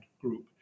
group